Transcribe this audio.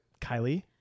Kylie